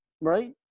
right